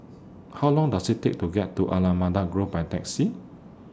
How Long Does IT Take to get to Allamanda Grove By Taxi